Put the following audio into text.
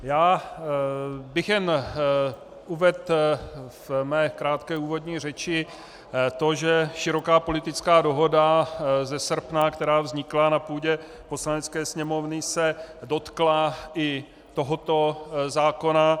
Já bych jen uvedl ve své krátké úvodní řeči to, že široká politická dohoda ze srpna, která vznikla na půdě Poslanecké sněmovny, se dotkla i tohoto zákona.